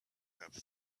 have